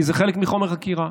כי זה חלק מחומר החקירה,